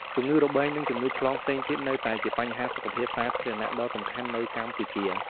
ជំងឺរបេង និងជំងឺឆ្លងផ្សេងទៀតនៅតែជាបញ្ហាសុខភាពសាធារណៈដ៏សំខាន់នៅកម្ពុជា។